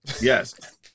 Yes